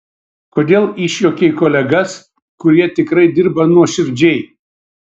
kodėl išjuokei kolegas kurie tikrai dirba nuoširdžiai